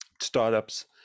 startups